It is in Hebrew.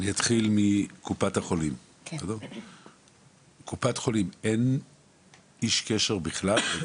אתחיל מקופות החולים, אין לכם איש קשר בכלל?